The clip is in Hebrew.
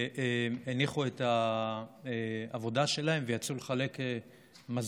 הניחו את העבודה שלהם ויצאו לחלק מזון